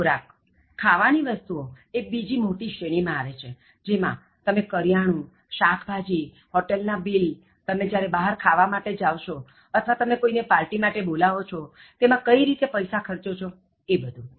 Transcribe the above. ખોરાક ખાવાની વસ્તુઓ એ બીજી મોટી શ્રેણી માં આવે છે જેમાં તમે કરિયાણું શાક્ભાજી હોટલ ના બિલ તમે જ્યારે બહાર ખાવા માટે જાવ છો અથવા તમે કોઇને પાર્ટી માટે બોલાવો છો તેમાં કઈ રીતે પૈસા ખર્ચો છો એ બધું